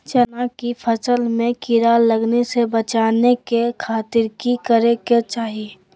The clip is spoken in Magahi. चना की फसल में कीड़ा लगने से बचाने के खातिर की करे के चाही?